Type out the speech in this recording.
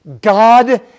God